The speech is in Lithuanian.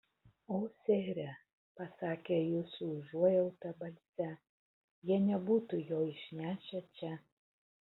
o sere pasakė ji su užuojauta balse jie nebūtų jo išnešę čia